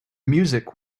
music